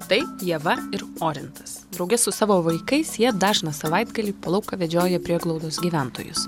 tai ieva ir orintas drauge su savo vaikais jie dažną savaitgalį po lauką vedžioja prieglaudos gyventojus